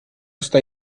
sta